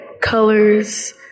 colors